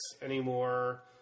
anymore